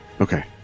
Okay